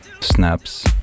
snaps